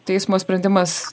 teismo sprendimas